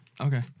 Okay